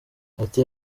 ati